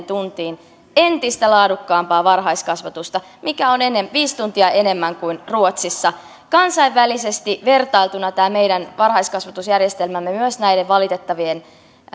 tuntiin entistä laadukkaampaa varhaiskasvatusta mikä on viisi tuntia enemmän kuin ruotsissa kansainvälisesti vertailtuna tämä meidän varhaiskasvatusjärjestelmämme myös näiden valitettavien